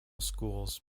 schools